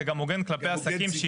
זה גם הוגן כלפי עסקים,